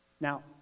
Now